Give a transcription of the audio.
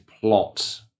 plot